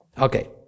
Okay